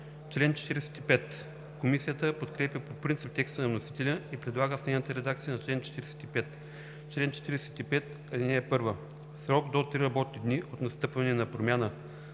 им. Комисията подкрепя по принцип текста на вносителя и предлага следната редакция на чл. 45: „Чл. 45. (1) В срок до три работни дни от настъпване на промяна